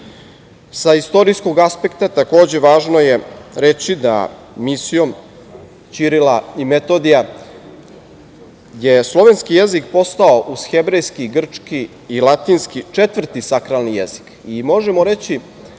istorijskog aspekta takođe je važno reći da misijom Ćirila i Metodija je slovenski jezik postao uz hebrejski, grčki i latinski, četvrti sakralni jezik. Možemo reći